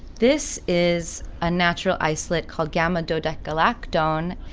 this is a natural islip called gamma dodik gulak don.